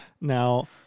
Now